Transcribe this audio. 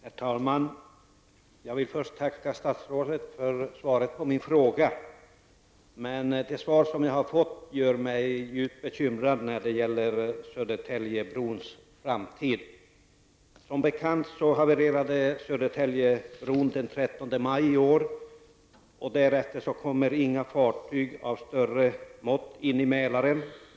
Herr talman! Jag vill först tacka statsrådet för svaret på min fråga, men det svar som jag har fått gör mig djupt bekymrad när det gäller Som bekant havererade Södertäljebron den 13 maj i år, och därefter kommer inga större fartyg in i Mälaren.